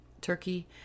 turkey